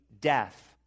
death